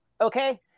Okay